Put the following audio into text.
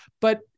But-